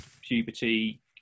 puberty